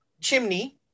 chimney